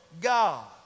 God